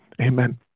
Amen